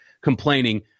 complaining